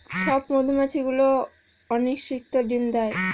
সব মধুমাছি গুলো অনিষিক্ত ডিম দেয়